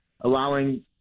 allowing